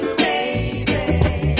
baby